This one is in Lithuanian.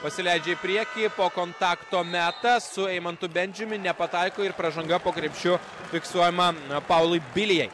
pasileidžia į priekį po kontakto metą su eimantu bendžiumi nepataiko ir pražanga po krepšiu fiksuojama paului vilijai